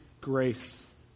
grace